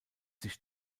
sich